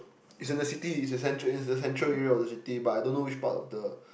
it's in the city it's the central it's the central area of the city but I don't know which part of the